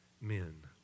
men